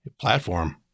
platform